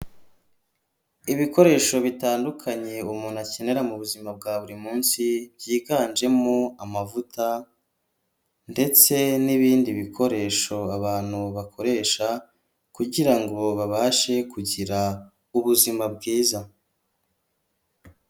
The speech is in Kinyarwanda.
Ibikoresho bitandukanye umuntu akenera mu buzima bwa buri munsi, byiganjemo amavuta ndetse n'ibindi bikoresho abantu bakoresha kugira ngo babashe kugira ubuzima bwiza.